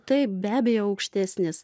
taip be abejo aukštesnis